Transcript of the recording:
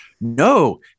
no